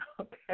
Okay